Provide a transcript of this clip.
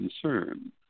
concern